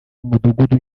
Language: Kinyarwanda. umudugudu